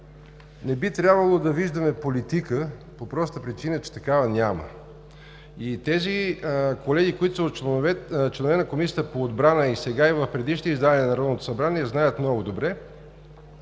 не би трябвало да виждаме политика по простота причина, че такава няма. Тези колеги, които са членове на Комисията по отбрана и сега и в предишни издания на Народното събрания знаят, много добре,